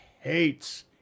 hates